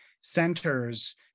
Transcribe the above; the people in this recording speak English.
centers